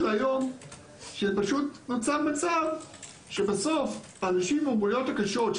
להיום שפשוט נוצר מצב שבסוף האנשים עם המוגבלויות הקשות,